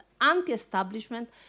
anti-establishment